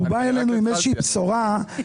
הוא בא אלינו עם איזו שהיא בשורה של